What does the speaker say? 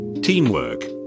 Teamwork